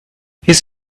his